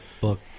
book